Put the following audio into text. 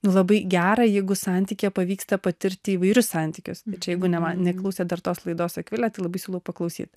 labai gera jeigu santykyje pavyksta patirti įvairius santykius bet čia jeigu ne man neklausė dar tos laidos akvilė tai labai siūlau paklausyt